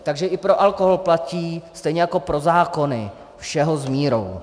Takže i pro alkohol platí stejně jako pro zákony všeho s mírou.